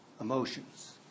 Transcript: emotions